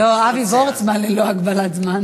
זה, לא, אבי וורצמן ללא הגבלת זמן.